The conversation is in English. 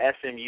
SMU